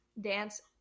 dance